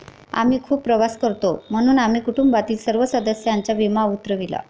आम्ही खूप प्रवास करतो म्हणून आम्ही कुटुंबातील सर्व सदस्यांचा विमा उतरविला